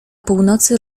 północy